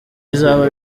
bizaba